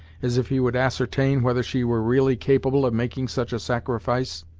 as if he would ascertain whether she were really capable of making such a sacrifice.